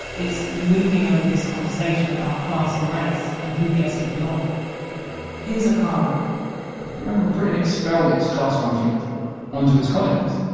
it's looming over this conversation about class and race, and who gets to belong here's akala remember britain expelled its class conflict onto its colonies.